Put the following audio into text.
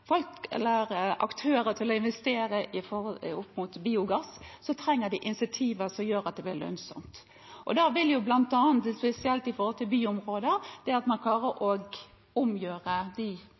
aktører til å investere opp mot biogass, trenger de insentiver som gjør at det blir lønnsomt. Hvis man spesielt i byområder klarer å omgjøre de fossilt drevne tunge kjøretøy som er i dag, inn mot biogass, som har lavere utslipp, vil det